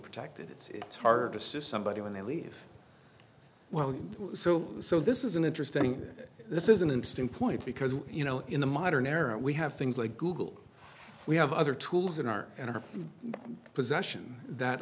protected it's hard assist somebody when they leave well so so this is an interesting this is an interesting point because you know in the modern era we have things like google we have other tools in our possession that